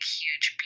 huge